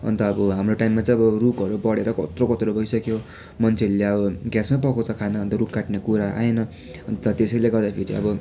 अन्त अब हाम्रो टाइममा चाहिँ अब रुखहरू बढेर कत्रो कत्रो भइसक्यो मान्छेहरूले अब ग्यासमा पकाउँछ खाना अन्त रुख काट्ने कुरा आएन अन्त त्यसैले गर्दा फेरि अब